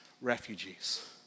refugees